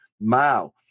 Mao